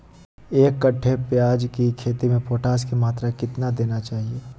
एक कट्टे प्याज की खेती में पोटास की मात्रा कितना देना चाहिए?